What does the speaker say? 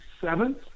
seventh